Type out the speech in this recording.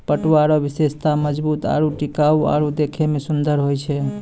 पटुआ रो विशेषता मजबूत आरू टिकाउ आरु देखै मे सुन्दर होय छै